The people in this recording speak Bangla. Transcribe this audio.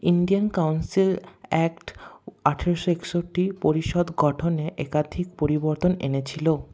ইন্ডিয়ান কাউন্সিল অ্যাক্ট আঠেরোশো একষট্টি পরিষদ গঠনে একাধিক পরিবর্তন এনেছিলো